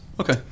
Okay